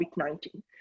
COVID-19